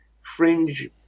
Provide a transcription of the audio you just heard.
fringe